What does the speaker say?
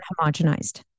homogenized